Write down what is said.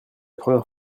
première